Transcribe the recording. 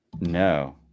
No